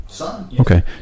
okay